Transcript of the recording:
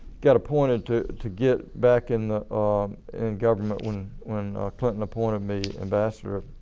got appointed to to get back in in government when when clinton appointed me ambassador.